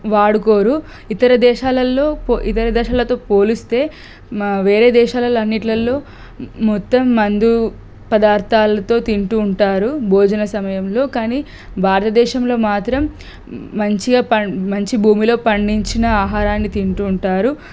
వాడుకోరు ఇతర దేశాలల్లో ఇతర దేశాలతో పోలిస్తే మ వేరే దేశాలల్లో అన్నిటిలో మొత్తం మందు పదార్థాలతో తింటూ ఉంటారు భోజన సమయంలో కానీ భారతదేశంలో మాత్రం మంచిగా పన్ మంచి భూమిలో పండించిన ఆహారాన్ని తింటూ ఉంటారు